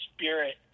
spirit